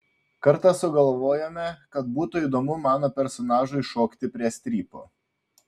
kartą sugalvojome kad būtų įdomu mano personažui šokti prie strypo